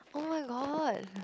oh my god